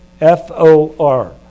F-O-R